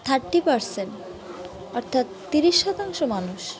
thirty percent অর্থাৎ তিরিশ শতাংশ মানুষ